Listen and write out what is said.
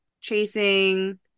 chasing